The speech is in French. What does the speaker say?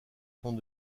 temps